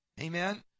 Amen